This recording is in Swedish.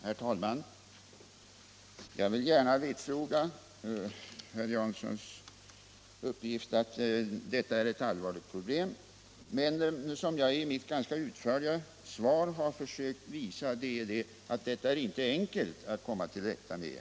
Herr talman! Jag vill gärna vitsorda herr Janssons uppgift att detta är ett allvarligt problem. Men som jag i mitt ganska utförliga svar har försökt visa är det inte lätt att komma till rätta med det.